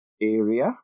area